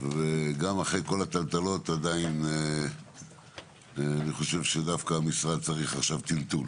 וגם אחרי כל הטלטלות עדיין אני חושב שדווקא המשרד צריך עכשיו טלטול